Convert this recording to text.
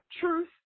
truth